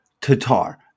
Tatar